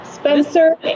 Spencer